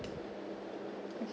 okay